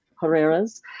Herrera's